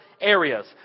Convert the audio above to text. areas